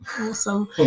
Awesome